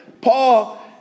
Paul